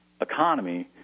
economy